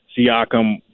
Siakam